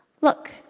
Look